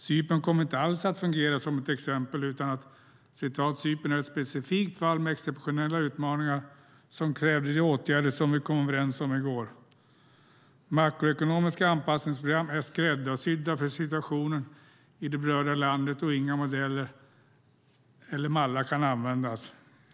Cypern kommer inte alls att fungera som något exempel, utan "Cypern är ett specifikt fall med exceptionella utmaningar som krävde de åtgärder som vi kom överens om i går. Makroekonomiska anpassningsprogram är skräddarsydda för situationen i det berörda landet och inga modeller eller mallar används".